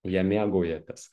ja mėgaujatės